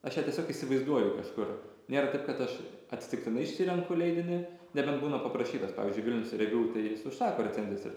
aš ją tiesiog įsivaizduoju kažkur nėra taip kad aš atsitiktinai išsirenku leidinį nebnt būna paprašytas pavyzdžiui vilnius reviu tai jis užsako recenzijas ir